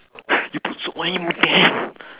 you put soap on him damn